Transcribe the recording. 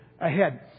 ahead